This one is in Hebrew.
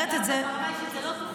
השבתי לגמרי ברמה אישית, זה לא תוכנן.